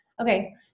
Okay